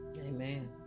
Amen